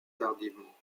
tardivement